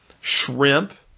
shrimp